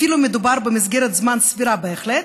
אפילו מדובר במסגרת זמן סבירה בהחלט,